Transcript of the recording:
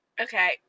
Okay